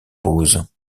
pause